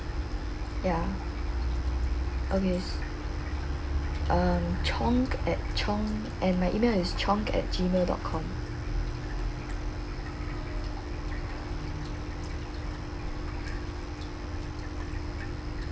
ya okay um chong at chong and my email is chong at G mail dot com